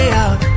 out